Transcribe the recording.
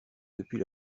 depuis